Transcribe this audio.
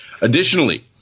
Additionally